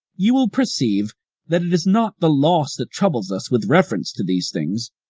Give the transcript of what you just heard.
you will perceive that it is not the loss that troubles us with reference to these things,